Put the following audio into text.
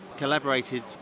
collaborated